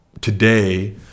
today